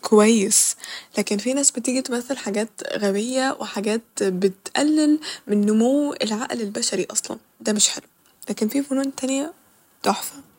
كويس ، لكن في ناس بتيجي تمثل حاجات غبية وحاجات بتقلل من نمو العقل البشري اصلا ، ده مش حلو لكن في فنون تانية تحفة